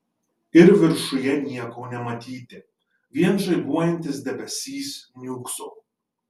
ir viršuje nieko nematyti vien žaibuojantis debesys niūkso